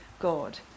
God